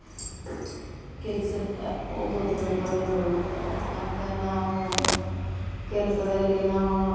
ಕೆಲ್ಸಕ್ಕೆ ಹೋಗೋದು ಬರೋದು ಮತ್ತು ನಾವು ಕೆಲಸದಲ್ಲಿ ನಾವು